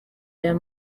aya